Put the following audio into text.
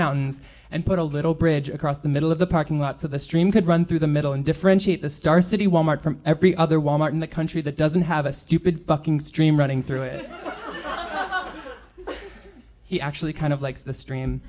mountains and put a little bridge across the middle of the parking lots of the stream could run through the middle and differentiate the star city wal mart from every other wal mart in the country that doesn't have a stupid fucking stream running through it he actually kind of likes the stream